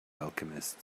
alchemist